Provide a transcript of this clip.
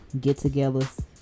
get-togethers